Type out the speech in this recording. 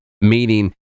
meaning